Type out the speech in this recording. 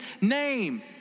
name